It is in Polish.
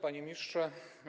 Panie Ministrze!